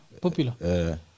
Popular